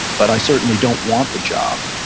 but i certainly don't want the job.